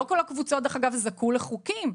ולא כל הקבוצות זכו לחוקים.